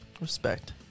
Respect